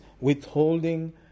withholding